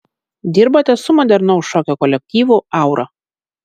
dirbote su modernaus šokio kolektyvu aura